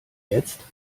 jetzt